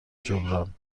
جبران